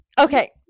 Okay